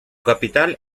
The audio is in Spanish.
capital